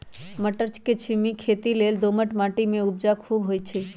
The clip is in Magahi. मट्टरछिमि के खेती लेल दोमट माटी में उपजा खुब होइ छइ